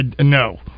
No